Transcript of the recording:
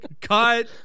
cut